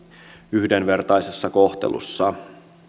yhdenvertaisessa kohtelussa